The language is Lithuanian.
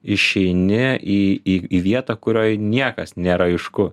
išeini į į į vietą kurioj niekas nėra aišku